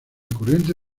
corriente